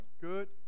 good